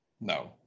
No